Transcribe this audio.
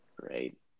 Great